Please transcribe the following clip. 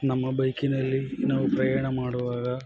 ನಮ್ಮ ಬೈಕಿನಲ್ಲಿ ನಾವು ಪ್ರಯಾಣ ಮಾಡುವಾಗ